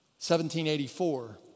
1784